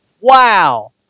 wow